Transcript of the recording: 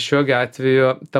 šiuo gi atveju ta